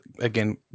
again